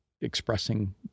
expressing